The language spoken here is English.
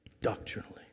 Doctrinally